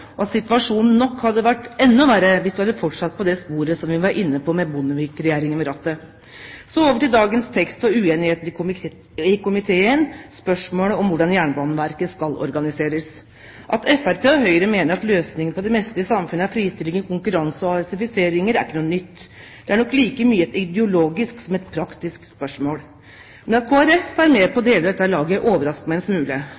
og at situasjonen nok hadde vært enda verre hvis vi hadde fortsatt på det sporet som vi var inne på med Bondevik-regjeringen ved rattet. Så over til dagens tekst og uenigheter i komiteen: spørsmålet om hvordan Jernbaneverket skal organiseres. At Fremskrittspartiet og Høyre mener at løsningen på det meste i samfunnet er fristilling gjennom konkurranse og AS-ifiseringer, er ikke noe nytt, det er nok like mye et ideologisk som et praktisk spørsmål. Men at Kristelig Folkeparti er med på